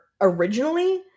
originally